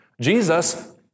Jesus